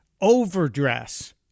overdress